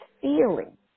feeling